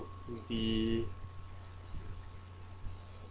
would be